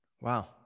Wow